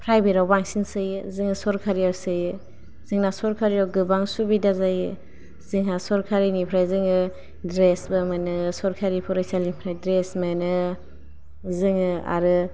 private आव बांसिन सोयो जोंङो सरकारिआव सोयो जोंना सरकारिआव गोबां सुबिदा जायो जोंहा सरकारिनिफ्राय जोंङो ड्रेस बो मोनो सरकारि फरायसालिफोरना ड्रेस मोनो जोंङो आरो